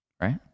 Right